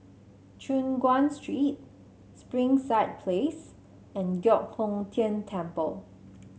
Choon Guan Street Springside Place and Giok Hong Tian Temple